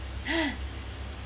!huh!